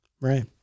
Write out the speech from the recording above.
Right